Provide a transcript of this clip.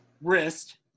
wrist